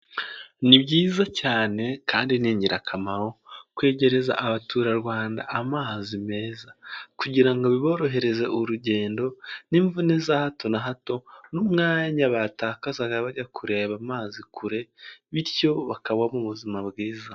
Ni byiza cyane kandi ni ingirakamaro kwegereza abaturarwanda amazi meza kugira ngo biborohereze urugendo n'imvune za hato na hato n'umwanya batakazaga bajya kureba amazi kure bityo bakabaho mu buzima bwiza.